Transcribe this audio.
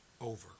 over